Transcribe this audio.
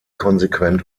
konsequent